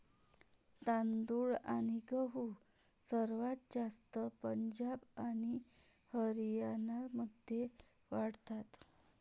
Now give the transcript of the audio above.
तांदूळ आणि गहू सर्वात जास्त पंजाब आणि हरियाणामध्ये वाढतात